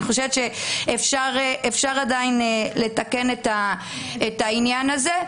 אני חושבת שאפשר עדיין לתקן את העניין הזה,